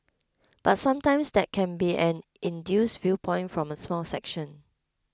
but sometimes that can be an induced viewpoint from a small section